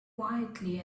quietly